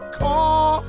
call